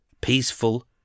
peaceful